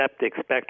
expect